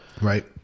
Right